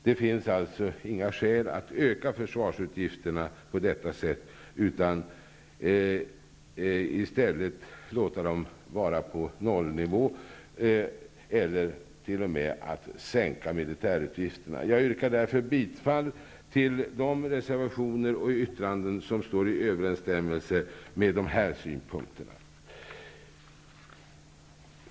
Det finns alltså inga skäl att öka försvarsutgifterna på detta sätt. I stället borde man låta dem ligga kvar på samma nivå eller t.o.m. sänka dem. Jag yrkar därför bifall till de reservationer och yttranden som står i överensstämmelse med dessa synpunkter.